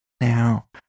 Now